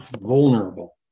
vulnerable